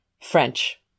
French